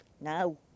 Now